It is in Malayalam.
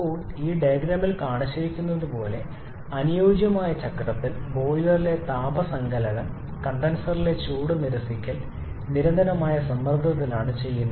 ഇപ്പോൾ ഈ ഡയഗ്രാമിൽ കാണിച്ചിരിക്കുന്നതുപോല അനുയോജ്യമായ ചക്രത്തിൽ ബോയിലറിലെ താപ സങ്കലനം കണ്ടൻസറിലെ ചൂട് നിരസിക്കൽ നിരന്തരമായ സമ്മർദ്ദത്തിലാണ് ചെയ്യുന്നത്